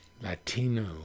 Latino